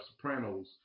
Sopranos